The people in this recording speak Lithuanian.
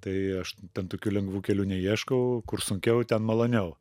tai aš ten tokių lengvų kelių neieškau kur sunkiau ten maloniau